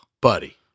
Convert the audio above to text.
buddy